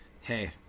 hey